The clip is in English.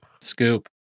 Scoop